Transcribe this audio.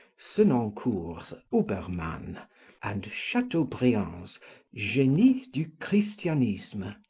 senancour's obermann and chateaubriand's genie du christianisme,